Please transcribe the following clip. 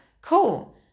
cool